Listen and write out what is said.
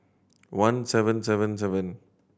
one seven seven seven